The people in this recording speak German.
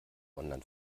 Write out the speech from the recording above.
online